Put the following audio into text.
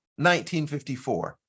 1954